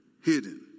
hidden